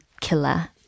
killer